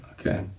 okay